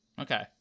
Okay